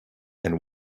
and